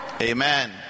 Amen